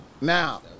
now